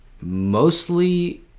mostly